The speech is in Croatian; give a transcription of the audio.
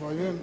**Rebić,